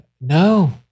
No